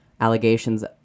Allegations